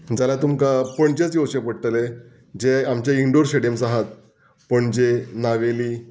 जाल्यार तुमकां पणजेच येवचें पडटले जें आमचें इन्डोर स्टेडियम्स आहात पणजे नावेलीं